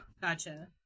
Gotcha